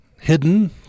Hidden